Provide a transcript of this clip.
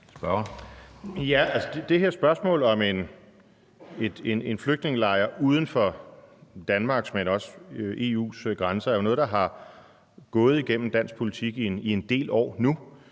Det her spørgsmål om en flygtningelejr uden for Danmarks, men også EU's grænser, er jo noget der har været i dansk politik i en del år nu.